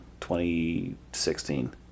2016